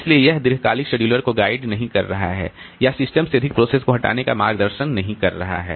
इसलिए यह इस दीर्घकालिक शेड्यूलर को गाइड नहीं कर रहा है या सिस्टम से अधिक प्रोसेस को हटाने का मार्गदर्शन नहीं कर रहा है